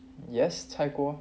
yes 菜锅